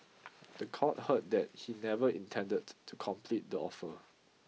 the court heard that he never intended to complete the offer